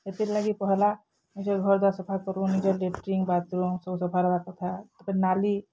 ସେଥିର୍ ଲାଗି ପହେଲା ନିଜେ ଘର୍ ଦୁଆର୍ ସଫା କରୁ ନିଜେ ଲେଟ୍ରିଙ୍ଗ୍ ବାଥ୍ରୁମ୍ ସବୁ ସଫା ରହେବାର୍ କଥା ତା'ପରେ ନାଲି